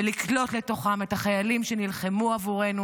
ולקלוט לתוכם את החיילים שנלחמו עבורנו